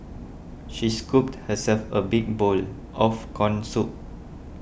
she scooped herself a big bowl of Corn Soup